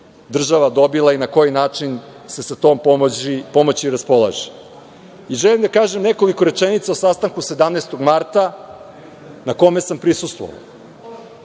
država dobila i na koji način se sa tom pomoći raspolaže. Želim da kažem nekoliko rečenica o sastanku 17. marta na kome sam prisustvovao